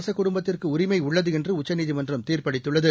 அரச குடும்பத்திற்கு உரிமை உள்ளது என்று உச்சநீதிமன்றம் தீர்ப்பளித்துள்ளது